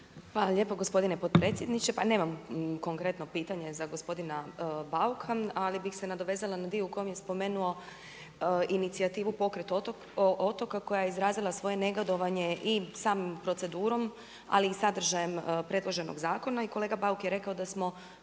Hvala lijepo gospodine potpredsjedniče. Pa nemam konkretno pitanje za gospodina Bauka, ali bi se nadovezala na dio u kom je spomenuo inicijativu „Pokret otoka“ koja je izrazila svoje negodovanje i samom procedurom, ali i sadržajem predloženog zakona i kolega Bauk je rekao da smo